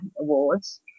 awards